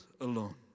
alone